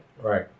Right